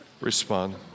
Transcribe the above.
respond